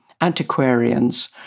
antiquarians